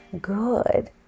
good